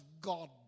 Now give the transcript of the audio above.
God